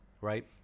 right